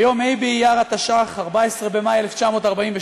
ביום ה' באייר התש"ח, 14 במאי 1948,